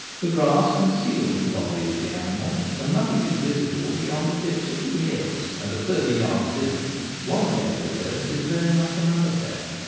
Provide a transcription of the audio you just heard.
the grass conceals the body of the animal, and nothing is visible beyond the tips of the ears and at thirty yards distance one pair of ears is very like another pair.